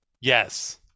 Yes